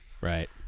Right